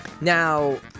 Now